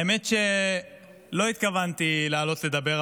האמת שלא התכוונתי לעלות לדבר,